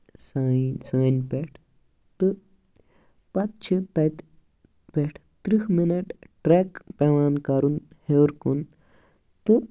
ساے سانہِ پٮ۪ٹھ تہٕ پتہٕ چھِ تَتہِ پٮ۪ٹھ ترٛہ مِنٛٹ ٹریک پٮ۪وان کَرُن ہیٚور کُن تہٕ